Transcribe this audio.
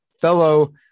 Fellow